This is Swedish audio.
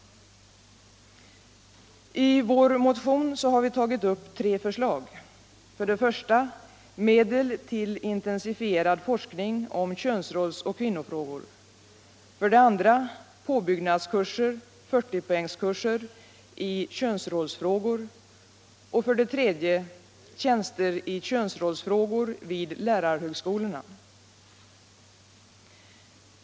I vår motion har vi tagit upp tre förslag, nämligen för det första medel till intensifierad forskning om könsrolls och kvinnofrågor, för det andra påbyggnadskurser — 40-poängskurser — i könsrollsfrågor och för det tredje tjänster i könsrollsfrågor vid lärarhögskolorna.